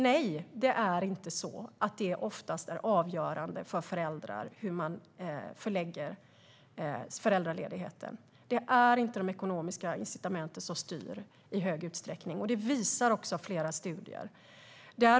Nej, det är inte så att det oftast är avgörande för föräldrar när de fördelar föräldraledigheten. Det är inte de ekonomiska incitamenten som styr i stor utsträckning. Det visar flera studier.